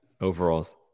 overalls